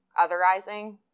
otherizing